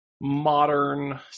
modern